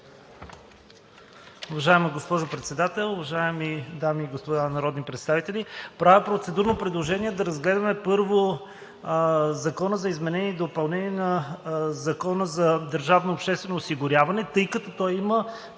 Уважаема госпожо Председател, уважаеми дами и господа народни представители! Правя процедурно предложение да разгледаме първо Закона за изменение и допълнение на Закона за държавното обществено осигуряване, тъй като той има